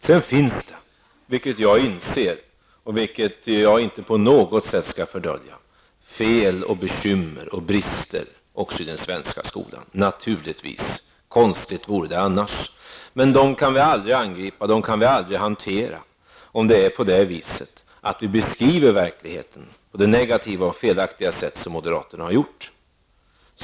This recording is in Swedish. Sedan finns det -- vilket jag inser och på intet sätt skall fördölja -- fel, bekymmer och brister också i den svenska skolan. Naturligtvis, konstigt vore det annars. Men dem kan vi aldrig angripa och hantera, om vi beskriver verkligheten på det negativa och felaktiga sätt som moderaterna har gjort.